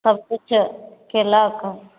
सबकिछु केलक